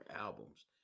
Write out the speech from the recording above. albums